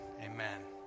amen